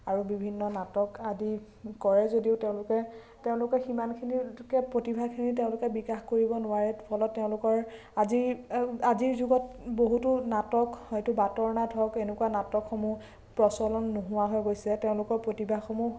আৰু বিভিন্ন নাটক আদি কৰে যদিও তেওঁলোকে তেওঁলোকে সিমানখিনিলৈকে প্ৰতিভাখিনি তেওঁলোকে বিকাশ কৰিব নোৱাৰে ফলত তেওঁলোকৰ আজিৰ আজিৰ যুগত বহুতো নাটক হয়তো বাটৰ নাট হওক এনেকুৱা নাটকসমূহ প্ৰচলন নোহোৱা হৈ গৈছে তেওঁলোকৰ প্ৰতিভাসমূহ